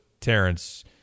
Terrence